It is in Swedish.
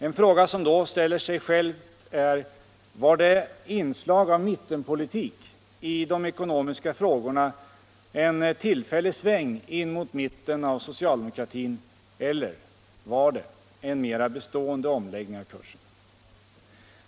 En fråga som då ställer sig själv är: Var inslaget av mittenpolitik i de ekonomiska frågorna en tillfällig sväng in mot mitten av socialdemokratin eller var det följden av en mera bestående omläggning av kursen?